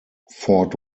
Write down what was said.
fort